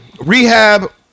rehab